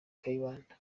kayibanda